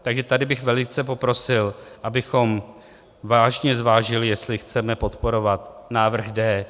Takže tady bych velice poprosil, abychom vážně zvážili, jestli chceme podporovat návrh D.